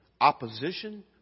opposition